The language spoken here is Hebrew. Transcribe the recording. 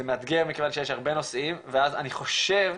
זה מאתגר מכיוון שיש הרבה נושאים ואז אני חושב,